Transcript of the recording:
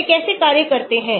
वे कैसे कार्य करते हैं